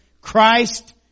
Christ